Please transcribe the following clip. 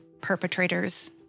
perpetrators